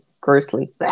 grossly